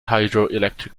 hydroelectric